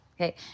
Okay